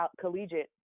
collegiate